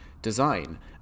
design